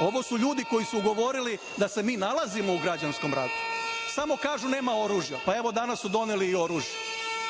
Ovo su ljudi koji su govorili da se mi nalazimo u građanskom ratu, samo kažu nema oružja. Pa, evo danas su doneli i oružje.